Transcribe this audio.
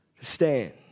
stand